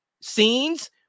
scenes